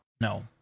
No